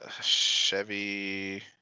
Chevy